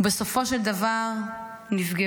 ובסופו של דבר נפגעו.